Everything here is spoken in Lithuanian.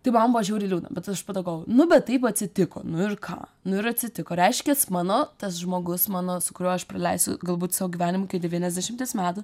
tai man buvo žiauriai liūdna bet aš po to galvo nu bet taip atsitiko nu ir ką nu ir atsitiko reiškias mano tas žmogus mano su kuriuo aš praleisiu galbūt savo gyvenimą iki devyniasdešimties metų